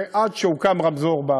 עד שהוקם רמזור,